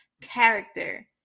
character